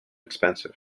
expensive